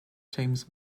james